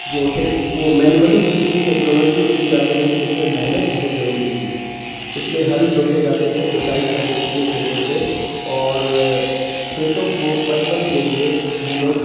جو وہ مینولی چیز تھی ٹیکنالوجی اتنی زیادہ نہیں تھی جس میں محنت بہت ضروری تھی اس میں ہل جوتے جاتے تھے جوتائی کرنے کے لیے کھیتوں پہ اور کھیتوں کو پٹون کے لیے ہم لوگ